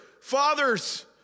fathers